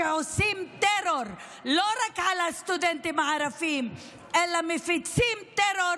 שעושים טרור לא רק לסטודנטים הערבים אלא מפיצים טרור